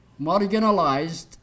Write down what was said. marginalized